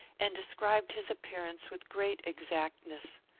and described his appearance with great exactness.